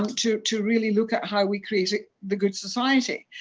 um to to really look at how we create the good society.